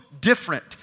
different